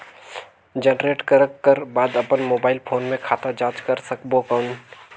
Generate करक कर बाद अपन मोबाइल फोन मे खाता जांच कर सकबो कौन?